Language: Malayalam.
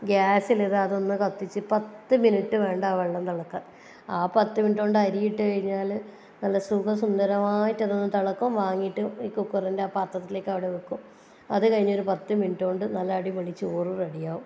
ഗ്യാസിൽ ഇത് അതൊന്ന് കത്തിച്ച് പത്തു മിനുട്ട് വേണ്ട ആ വെള്ളം തിളയ്ക്കാൻ ആ പത്തു മിനുട്ടുകൊണ്ട് അരിയിട്ടു കഴിഞ്ഞാൽ നല്ല സുഖ സുന്ദരമായിട്ട് അതൊന്ന് തിളയ്ക്കും വാങ്ങിയിട്ട് ഈ കുക്കറിൻ്റെ ആ പാത്രത്തിലേക്ക് അവിടെ വയ്ക്കും അത് കഴിഞ്ഞ് ഒരു പത്തു മിനുട്ടുകൊണ്ട് നല്ല അടിപൊളി ചോറ് റെഡി ആകും